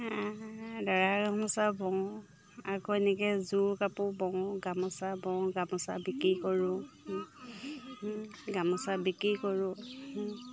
দৰা গামোচা বওঁ আকৌ এনেকে যোৰ কাপোৰ বওঁ গামোচা বওঁ গামোচা বিক্ৰী কৰোঁ গামোচা বিক্ৰী কৰোঁ